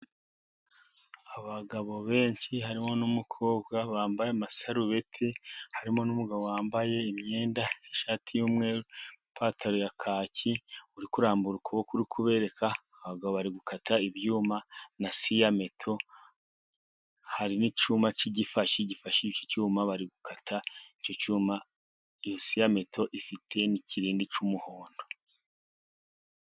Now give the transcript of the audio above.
Abagabo benshi harimo n'umukobwa, bambaye amasarubeti, harimo n'umugabo wambaye imyenda n'ishati y'umweru ipantaro ya kaki, uri kurambura ukuboko ari kubereka, abagabo bari gukata ibyuma na siyameto, hari n'icyuma cy'igifashi, gifashe icyuma bari gukata icyo icyuma ni siyameto ifite n'ikirindi cy'umuhondo.